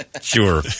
Sure